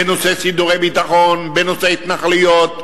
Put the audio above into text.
בנושא סידורי ביטחון, בנושא התנחלויות,